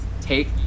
take